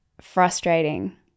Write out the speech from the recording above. frustrating